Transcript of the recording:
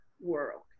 world